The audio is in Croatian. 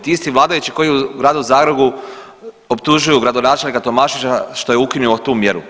Ti isti vladajući koji u Gradu Zagrebu optužuju gradonačelnika Tomaševića što je ukinio tu mjeru.